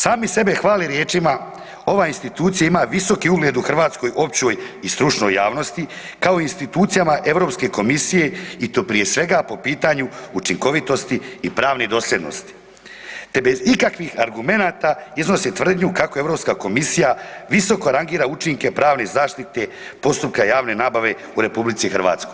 Sami sebe hvale riječima, ova institucija ima visoki ugled u hrvatskoj općoj i stručnoj javnosti kao i u institucijama Europske komisije i to prije svega po pitanju učinkovitosti i pravne dosljednosti te bez ikakvih argumenata iznose tvrdnje kako Europska komisija visoko rangira učinke pravne zaštite postupka javne nabave u RH.